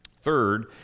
Third